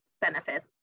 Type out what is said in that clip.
benefits